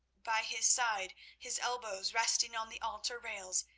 by his side, his elbows resting on the altar rails,